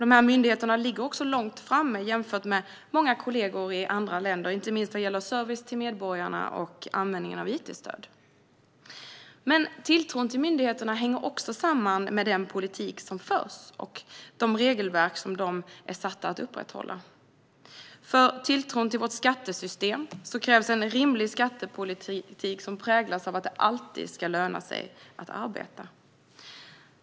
Dessa myndigheter ligger också långt fram jämfört med många kollegor i andra länder, inte minst vad gäller service till medborgarna och användande av it-stöd. Tilltron till myndigheterna hänger också samman med den politik som förs och med de regelverk som myndigheterna är satta att upprätthålla. För tilltron till vårt skattesystem krävs en rimlig skattepolitik som präglas av att det alltid ska löna sig att arbeta.